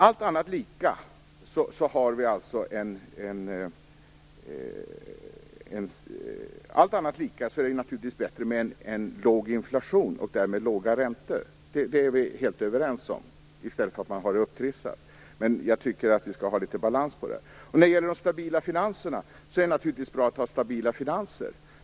Allt annat lika, är det naturligtvis bättre med en låg inflation och därmed låga räntor. Det är vi helt överens om. Det är bättre än att ha det upptrissat, men det skall vara litet balans på det. Det är naturligtvis bra att ha stabila finanser.